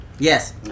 Yes